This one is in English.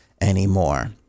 anymore